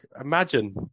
imagine